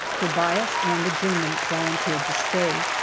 tobias and the german volunteered to stay.